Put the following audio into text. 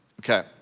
Okay